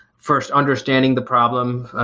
first, understanding the problem.